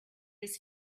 his